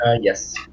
Yes